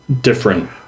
different